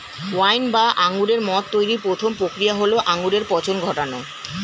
wine বা আঙুরের মদ তৈরির প্রথম প্রক্রিয়া হল আঙুরে পচন ঘটানো